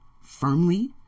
firmly